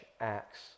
acts